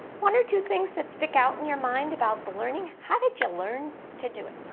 one or two things that stick out in your mind about the learning? how did you learn to do it?